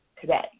today